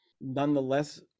nonetheless